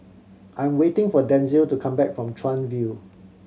I am waiting for Denzil to come back from Chuan View